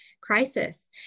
crisis